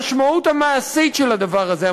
המשמעות המעשית של הדבר הזה,